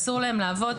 אסור להם לעבוד.